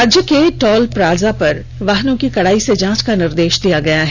राज्य के toll plaza पर वाहनों की कड़ाई से जांच का निर्देष दिया गय है